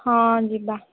ହଁ ଯିବା